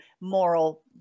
moral